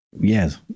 yes